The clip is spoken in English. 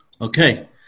Okay